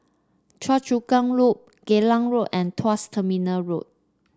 Choa Chu Kang Loop Geylang Road and Tuas Terminal Road